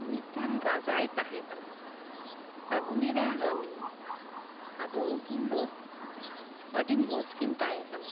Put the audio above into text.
ᱢᱤᱫᱴᱟᱝ ᱨᱟᱡᱟᱭ ᱛᱟᱦᱮᱸ ᱠᱟᱱᱟ ᱟᱨ ᱩᱱᱤᱨᱮ ᱨᱟᱱᱤ ᱟᱫᱚ ᱩᱱᱠᱤᱱ ᱫᱚ ᱟᱰᱤ ᱢᱚᱸᱡᱽ ᱠᱤᱱ ᱛᱟᱦᱮᱸ ᱠᱟᱱᱟ